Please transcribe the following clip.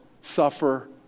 suffer